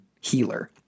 healer